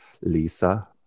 Lisa